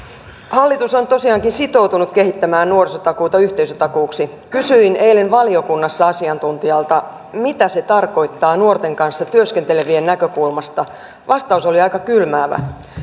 hallitus on tosiaankin sitoutunut kehittämään nuorisotakuuta yhteisötakuuksi kysyin eilen valiokunnassa asiantuntijalta mitä se tarkoittaa nuorten kanssa työskentelevien näkökulmasta vastaus oli aika kylmäävä